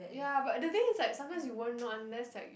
ya but the thing is like sometimes you won't know unless like